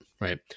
right